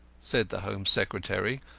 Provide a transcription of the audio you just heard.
said the home secretary,